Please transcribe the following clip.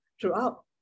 throughout